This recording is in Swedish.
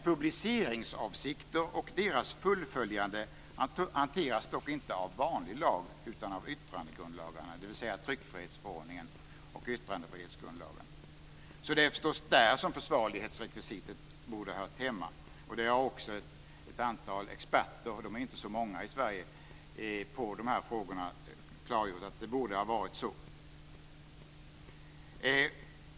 Publiceringsavsikter och deras fullföljande hanteras dock inte i vanlig lag utan i yttrandegrundlagarna, dvs. tryckfrihetsförordningen och yttrandefrihetsgrundlagen, så det är förstås där som försvarlighetsrekvisitet borde ha hört hemma. Ett antal experter på de här frågorna - och de är inte så många i Sverige - har också klargjort att det borde ha varit så.